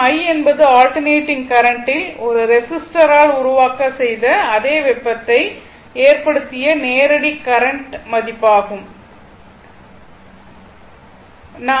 i என்பது alternating current ல் ஒரு ரெசிஸ்டரால் உருவாக்க செய்த அதே வெப்பத்தை ஏற்படுத்திய நேரடி கரண்ட் மதிப்பாக இருக்கும்